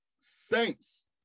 Saints